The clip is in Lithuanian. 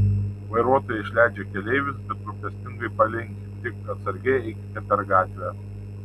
vairuotoja išleidžia keleivius bet rūpestingai palinki tik atsargiai eikite per gatvę